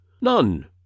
None